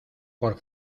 por